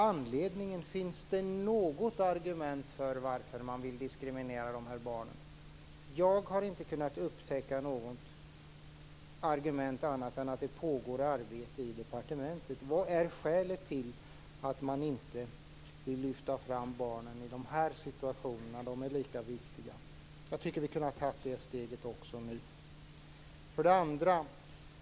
Finns det något argument för att man vill diskriminera dessa barn? Jag har inte kunnat upptäcka något annat argument än att det pågår ett arbete på departementet. Vad är skälet till att man inte vill lyfta fram barnen i de här situationerna, för de är lika viktiga? Jag tycker att vi kunde ha tagit det steget också.